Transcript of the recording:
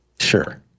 Sure